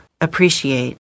appreciate